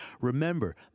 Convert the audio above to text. Remember